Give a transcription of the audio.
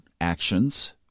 Actions